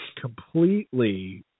completely